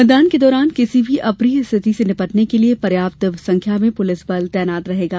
मतदान के दौरान किसी भी अप्रिय स्थिति से निपटने के लिये पर्याप्त संख्या में पुलिस बल तैनात रहेगा